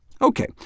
Okay